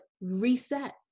reset